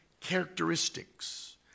characteristics